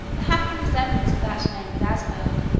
the happy resemblance of that name with as-burg,